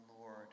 Lord